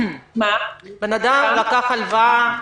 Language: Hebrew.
אדם לקח הלוואה,